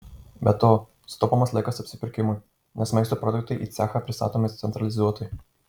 be to sutaupomas laikas apsipirkimui nes maisto produktai į cechą pristatomi centralizuotai